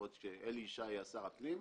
עוד כשאלי ישי היה שר הפנים,